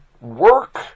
work